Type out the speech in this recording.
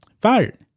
Fired